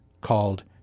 called